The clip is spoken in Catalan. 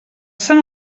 sant